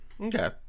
Okay